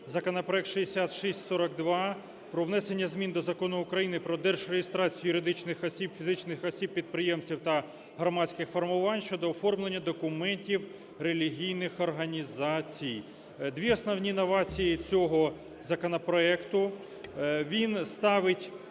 законопроект 6642 про внесення змін до Закону України "Про держреєстрацію юридичних осіб, фізичних осіб-підприємців та громадських формувань" (щодо оформлення документів релігійних організацій). Дві основні новації цього законопроекту. Він уніфікує